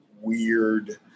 weird